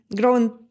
growing